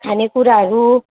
खाने कुराहरू